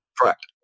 Correct